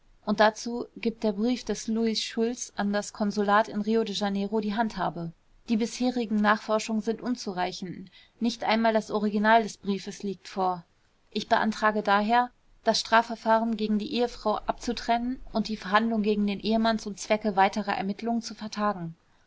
und dazu gibt der brief des louis schulz an das konsulat in rio de janeiro die handhabe die bisherigen nachforschungen sind unzureichend nicht einmal das original des briefes liegt vor ich beantrage daher das strafverfahren gegen die ehefrau abzutrennen und die verhandlung gegen den ehemann zum zwecke weiterer ermittelungen zu vertagen